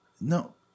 No